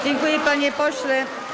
Dziękuję, panie pośle.